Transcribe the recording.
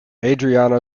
adriano